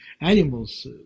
animals